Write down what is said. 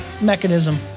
mechanism